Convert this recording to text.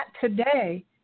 today